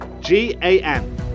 G-A-M